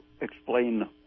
explain